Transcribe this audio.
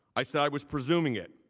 i said, i was presuming it.